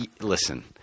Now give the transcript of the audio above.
Listen